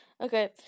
Okay